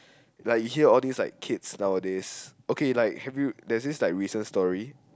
like you hear all these like kids nowadays okay like have you there's this like recent story